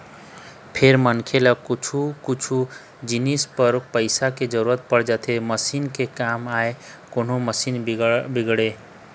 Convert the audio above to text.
फेर मनखे ल कछु कछु जिनिस बर पइसा के जरुरत पड़ी जाथे मसीन के काम आय कोनो मशीन बिगड़गे